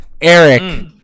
Eric